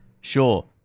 Sure